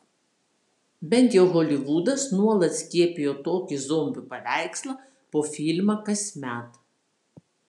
bent jau holivudas nuolat skiepijo tokį zombių paveikslą po filmą kasmet